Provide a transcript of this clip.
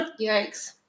Yikes